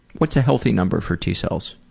what's a healthy number for t-cells?